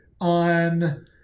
on